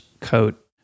coat